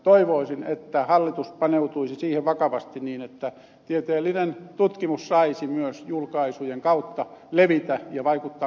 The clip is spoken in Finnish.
toivoisin että hallitus paneutuisi siihen vakavasti niin että tieteellinen tutkimus saisi myös julkaisujen kautta levitä ja vaikuttaa kansainvälisestikin